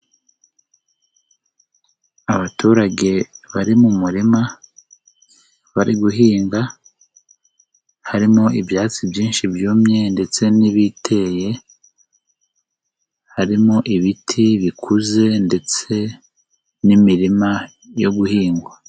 Abaturage bari mu murima bari guhinga harimo ibyatsi byinshi byumye ndetse n'ibiteye, harimo ibiti bikuze ndetse n'imirima yo guhingwa.